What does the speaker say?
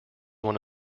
one